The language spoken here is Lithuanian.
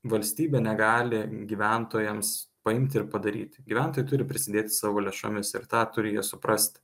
valstybė negali gyventojams paimti ir padaryti gyventojai turi prisidėti savo lėšomis ir tą turi jie suprasti